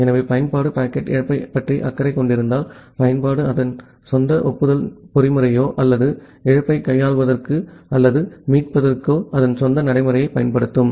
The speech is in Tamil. எனவே பயன்பாடு பாக்கெட் இழப்பைப் பற்றி அக்கறை கொண்டிருந்தால் பயன்பாடு அதன் சொந்த ஒப்புதல் பொறிமுறையையோ அல்லது இழப்பைக் கையாள்வதற்கோ அல்லது மீட்பதற்கோ அதன் சொந்த நடைமுறையைப் பயன்படுத்தும்